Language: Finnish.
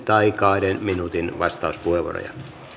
tai kahden minuutin vastauspuheenvuoroja